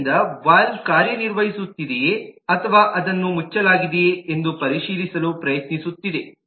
ಆದ್ದರಿಂದ ವಾಲ್ವ್ ಕಾರ್ಯನಿರ್ವಹಿಸುತ್ತಿದೆಯೇ ಅಥವಾ ಅದನ್ನು ಮುಚ್ಚಲಾಗಿದೆಯೇ ಎಂದು ಪರಿಶೀಲಿಸಲು ಪ್ರಯತ್ನಿಸುತ್ತಿದೆ